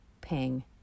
ping